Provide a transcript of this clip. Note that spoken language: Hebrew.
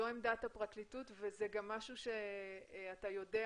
זו עמדת הפרקליטות ומשהו שאתה ידע